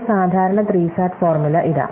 ഒരു സാധാരണ 3 SAT formula ഇതാ